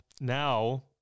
now